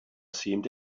seemed